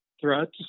threats